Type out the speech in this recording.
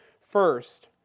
First